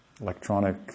electronic